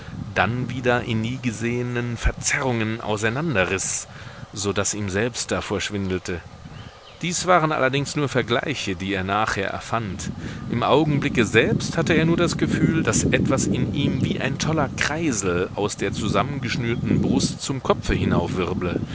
dann wieder in nie gesehenen verzerrungen auseinanderriß so daß ihm selbst davor schwindelte dies waren allerdings nur vergleiche die er nachher erfand im augenblicke selbst hatte er nur das gefühl daß etwas in ihm wie ein toller kreisel aus der zusammengeschnürten brust zum kopfe